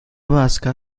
vasca